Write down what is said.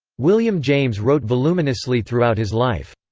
william james wrote voluminously throughout his life.